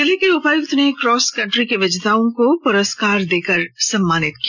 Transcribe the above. जिले के उपायुक्त ने क्रॉस कंट्री के विजेताओं को पुरस्कार देकर सम्मानित किया